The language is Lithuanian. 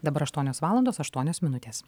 dabar aštuonios valandos aštuonios minutės